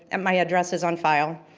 and my address is on file.